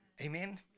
Amen